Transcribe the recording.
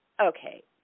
okay